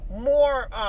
more